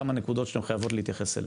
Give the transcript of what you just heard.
כמה נקודות שאתם חייבות להתייחס אליהם.